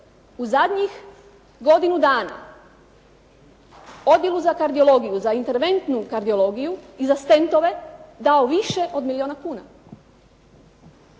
u zadnjih godinu dana Odjelu za kardiologiju za interventnu kardiologiju i za "Stentove" dao više od milijuna kuna.